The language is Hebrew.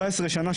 אני